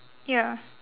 ya